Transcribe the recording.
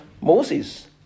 Moses